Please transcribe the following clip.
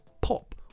pop